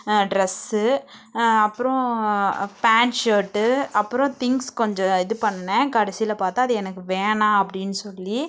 dress அப்புறோம் pant shirt அப்புறம் things கொஞ்சம் இது பண்ணினேன் கடைசியில் பார்த்தா அது எனக்கு வேணாம் அப்படின்னு சொல்லி